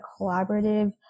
collaborative